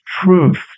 truth